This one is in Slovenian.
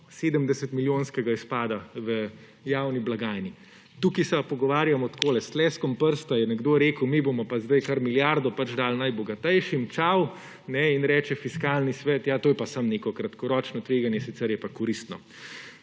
70-milijonskega izpada v javni blagajni. Tukaj se pa pogovarjamo takole / pokaže z gesto/, s tleskom prsta je nekdo rekel, mi bomo pa zdaj kar milijardo dali najbogatejšim, čao. In reče Fiskalni svet, ja to je pa samo neko kratkoročno tveganje, sicer je pa koristno.